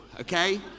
okay